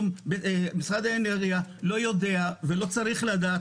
משרד האנרגיה לא יודע ולא צריך לדעת,